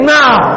now